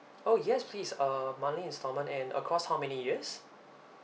oh yes please uh monthly installment and across how many years